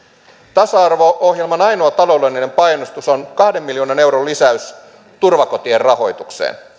tasa arvo ohjelman ainoa taloudellinen panostus on kahden miljoonan euron lisäys turvakotien rahoitukseen